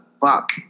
fuck